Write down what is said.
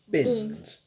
Bins